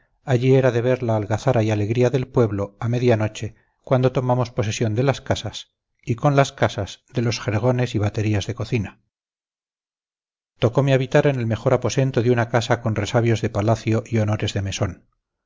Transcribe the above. allí era de ver la algazara y alegría del pueblo a media noche cuando tomamos posesión de las casas y con las casas de los jergones y baterías de cocina tocome habitar en el mejor aposento de una casa con resabios de palacio y honores de mesón